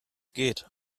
geht